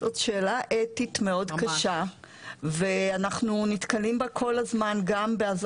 זאת שאלה אתית מאוד קשה ואנחנו נתקלים בה כל הזמן גם בשעת